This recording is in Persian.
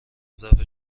ضعف